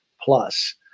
Plus